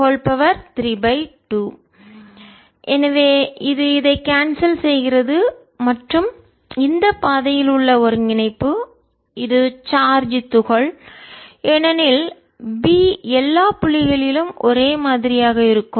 dl 00 qv20R2R2v2t232 2πRB 0qvR22R2v2t232 B 1202π qvR2R2v2t232 எனவே இது இதை கான்செல் செய்கிறது மற்றும் இந்த பாதையில் உள்ள ஒருங்கிணைப்பு இது சார்ஜ் துகள் ஏனெனில் B எல்லா புள்ளிகளிலும் ஒரே மாதிரியாக இருக்கும்